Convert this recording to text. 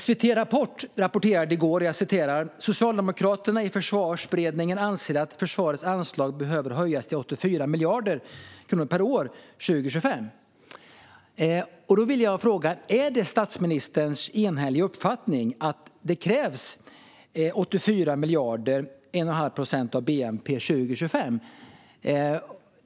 SVT:s Rapport rapporterade i går att socialdemokraterna i Försvarsberedningen anser att försvarets anslag behöver höjas till 84 miljarder kronor per år 2025. Jag vill fråga: Är det också statsministerns uppfattning att det krävs 84 miljarder, 1,5 procent av bnp, år 2025?